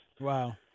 wow